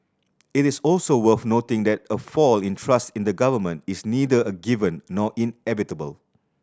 it is also worth noting that a fall in trust in the Government is neither a given nor inevitable